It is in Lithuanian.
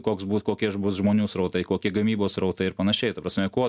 koks bus kokie bus žmonių srautai kokie gamybos srautai ir panašiai ta prasme kuo